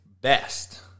best